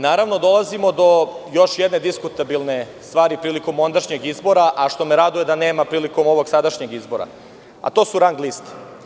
Naravno, dolazimo do još jedne diskutabilne stvari prilikom ondašnjeg izbora, što me raduje da nema prilikom ovog sadašnjeg izbora, a to su rang liste.